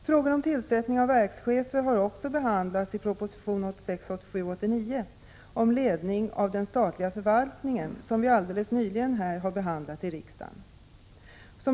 Frågor om tillsättning av verkschefer har också behandlats i proposition 1986/87:89 om ledning av den statliga förvaltningen, som vi alldeles nyligen har behandlat här i riksdagen.